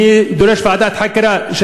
אני דורש ועדת חקירה,